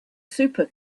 super